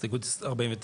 הסתייגות 49?